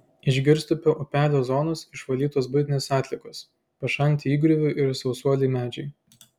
iš girstupio upelio zonos išvalytos buitinės atliekos pašalinti įgriuvų ir sausuoliai medžiai